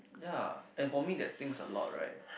ya and for me that thinks a lot right